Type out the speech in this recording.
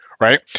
right